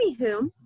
anywho